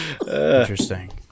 Interesting